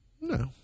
No